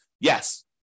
Yes